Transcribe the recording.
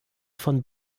von